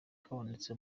habonetse